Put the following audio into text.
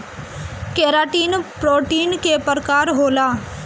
keratin protein के प्रकार होला